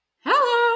Hello